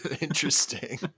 Interesting